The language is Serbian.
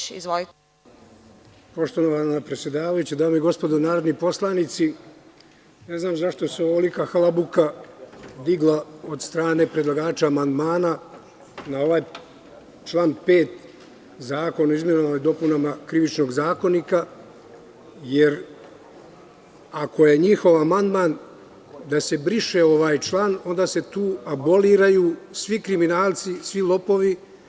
Poštovana predsedavajuća, dame i gospodo narodni poslanici, ne znam zašto se ovolika halabuka digla od strane predlagača amandmana na ovaj član 5. zakona o izmenama i dopunama Krivičnog zakonika, jer ako je njihov amandman da se briše ovaj član, onda se tu aboliraju svi kriminalci, svi lopovi.